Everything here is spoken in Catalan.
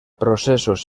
processos